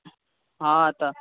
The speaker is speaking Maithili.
हँ तऽ